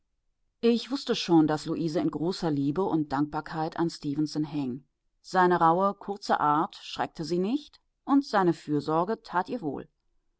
ich wußte schon daß luise in großer liebe und dankbarkeit an stefenson hing seine rauhe kurze art schreckte sie nicht und seine fürsorge tat